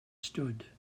stood